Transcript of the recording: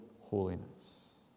holiness